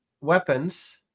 weapons